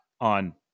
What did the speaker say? on –